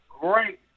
great